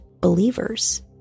believers